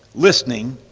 listening,